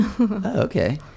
Okay